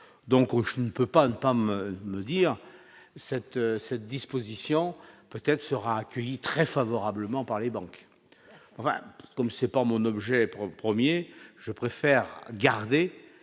donc je ne peux pas ne pas me me dire cette cette disposition peut-être sera accueillie très favorablement par les banques, on va comme c'est pas mon objet 1er, je préfère garder